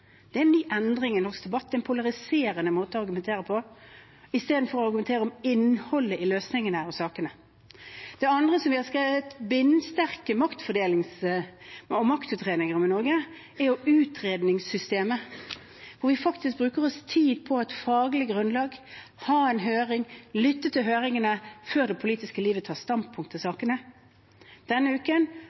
Det er en ny endring i norsk debatt, det er en polariserende måte å argumentere på – i stedet for å argumentere om innholdet i løsningene av sakene. Det andre, som vi har skrevet bindsterke maktutredninger om i Norge, er utredningssystemet, hvor vi bruker tid på å få et faglig grunnlag – har høringer og lytter til høringene før det politiske livet tar standpunkt til sakene. Denne uken